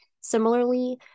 Similarly